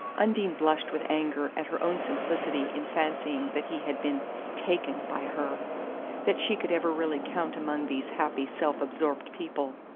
undine blushed with anger at her own simplicity in fancying that he had been taken by her that she could ever really count among these happy self-absorbed people!